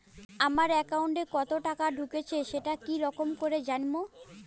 আমার একাউন্টে কতো টাকা ঢুকেছে সেটা কি রকম করি জানিম?